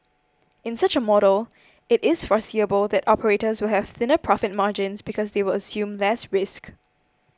in such a model it is foreseeable that operators will have thinner profit margins because they will assume less risk